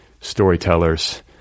storytellers